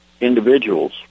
individuals